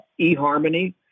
eHarmony